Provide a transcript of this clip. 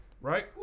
right